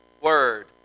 Word